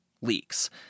leaks